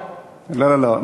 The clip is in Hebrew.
לא לא לא,